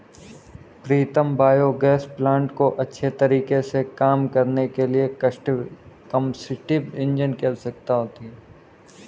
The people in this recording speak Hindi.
प्रीतम बायोगैस प्लांट को अच्छे तरीके से काम करने के लिए कंबस्टिव इंजन की आवश्यकता होती है